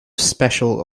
special